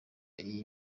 iyi